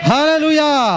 Hallelujah